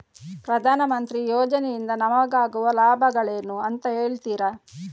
ಪ್ರಧಾನಮಂತ್ರಿ ಯೋಜನೆ ಇಂದ ನಮಗಾಗುವ ಲಾಭಗಳೇನು ಅಂತ ಹೇಳ್ತೀರಾ?